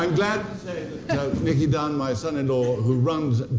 um that nicky dunn, my son in law, who runs